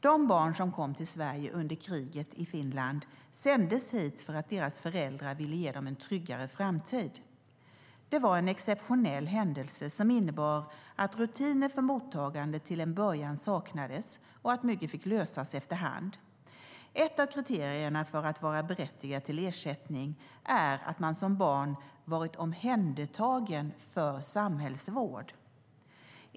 De barn som kom till Sverige under kriget i Finland sändes hit för att deras föräldrar ville ge dem en tryggare framtid. Det var en exceptionell händelse som innebar att rutiner för mottagandet till en början saknades och att mycket fick lösas efter hand. Ett av kriterierna för att vara berättigad till ersättning är att man som barn varit omhändertagen för samhällsvård.